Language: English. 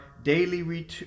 Daily